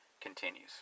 continues